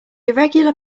irregular